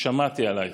"שמעתי עלייך".